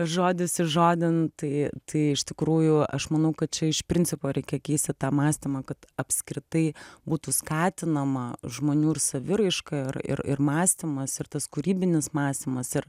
žodis į žodin tai tai iš tikrųjų aš manau kad čia iš principo reikia keisti tą mąstymą kad apskritai būtų skatinama žmonių ir saviraiška ir ir ir mąstymas ir tas kūrybinis mąstymas ir